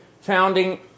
founding